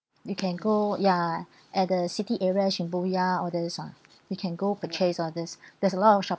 you can go ya at the city area shibuya all this lah you can go purchase all this there is a lot of shopping